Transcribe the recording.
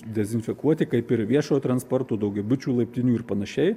dezinfekuoti kaip ir viešojo transporto daugiabučių laiptinių ir panašiai